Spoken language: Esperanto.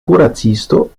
kuracisto